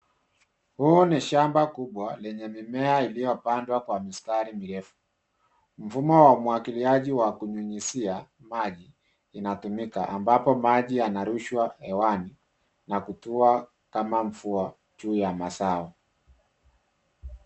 Huu ni shamba kubwa lenye mimea iliyopandwa kwa mistari mirefu. Mfumo wa umwagiliaji wa kunyunyizia maji inatumika, ambapo maji yanarushwa hewani na kutua kama mvua juu ya mazao.